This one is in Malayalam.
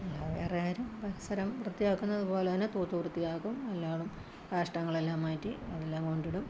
അല്ലാതെ വേറെ ആരും പരിസരം വൃത്തിയാക്കുന്ന പോലെത്തന്നെ തൂത്തുവൃത്തിയാക്കും എല്ലാം കാഷ്ടങ്ങളെല്ലാം മാറ്റി അതെല്ലാം കൊണ്ടിടും